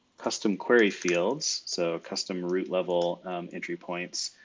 custom query fields, so custom route level entry points.